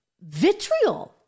vitriol